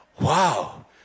Wow